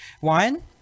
One